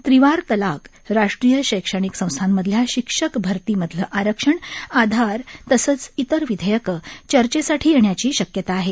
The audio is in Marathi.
त्रिवार तलाक राष्ट्रीय शैक्षणिक संस्थांमधल्या शिक्षक भरतीमधलं आरक्षण आधार तसंच इतर विधेयकं चर्चेसाठी येण्याची शक्यता आहे